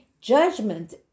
judgment